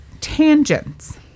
TANGENTS